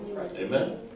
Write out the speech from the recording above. amen